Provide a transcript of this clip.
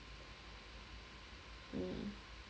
mm